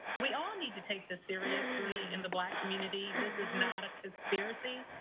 we all need to take this seriously in the black community. this is not a conspiracy,